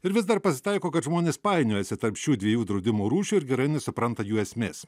ir vis dar pasitaiko kad žmonės painiojasi tarp šių dviejų draudimo rūšių ir gerai nesupranta jų esmės